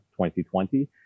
2020